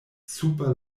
super